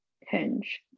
Hinge